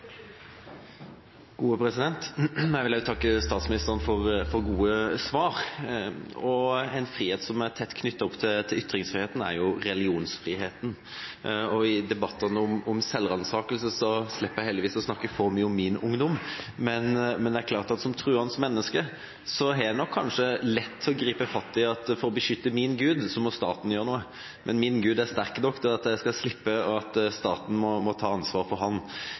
Jeg vil også takke statsministeren for gode svar. En frihet som er tett knyttet opp til ytringsfriheten, er religionsfriheten. I debattene om selvransakelse slipper jeg heldigvis å snakke for mye om min ungdom, men det er klart at som troende menneske har jeg nok kanskje lett for å gripe fatt i at for å beskytte min Gud må staten gjøre noe, men min Gud er sterk nok til at jeg skal slippe at staten må ta ansvaret for